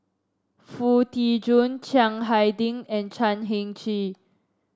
Foo Tee Jun Chiang Hai Ding and Chan Heng Chee